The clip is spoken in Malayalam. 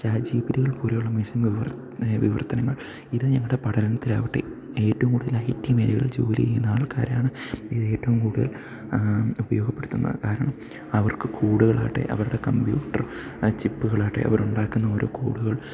ചാറ്റ് ജി പി ടികൾ പോലെയുള്ള മെഷീൻ വിവർത്തനങ്ങൾ ഇത് ഞങ്ങളുടെ പഠനത്തിലാവട്ടെ ഏറ്റവും കൂടുതൽ ഐ ടി മേഘലകളിൽ ജോലി ചെയ്യുന്ന ആൾക്കാരാണ് ഇതേറ്റവും കൂടുതൽ ഉപയോഗപ്പെടുത്തുന്നത് കാരണം അവർക്കു കൂടുതലായിട്ട് അവരുടെ കമ്പ്യൂട്ടർ ചിപ്പുകളാകട്ടെ അവരുണ്ടാക്കുന്ന ഓരോ കോഡുകൾ